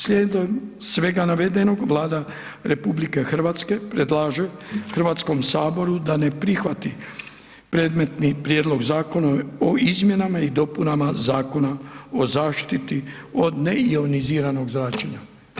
Slijedom svega navedenog Vlada RH predlaže Hrvatskom saboru da ne prihvati predmetni Prijedlog Zakona o izmjenama i dopunama Zakona o zaštiti od neioniziranog zračenja.